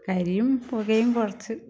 കരിയും പുകയും കുറച്ച്